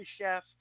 chef